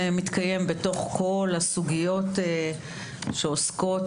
אני מתכבד לפתוח את ועדת חינוך התרבות והספורט בנושא דיון מהיר,